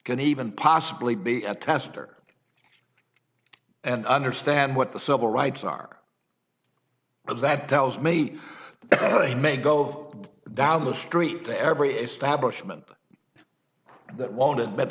can even possibly be a tester and understand what the civil rights are of that tells me he may go down the street to every establishment that won't admit